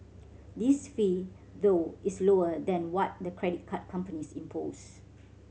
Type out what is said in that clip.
this fee though is lower than what the credit card companies impose